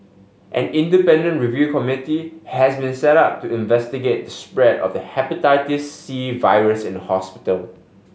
an independent review committee has been set up to investigate the spread of the Hepatitis C virus in the hospital